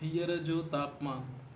हीअंर जो तापमानु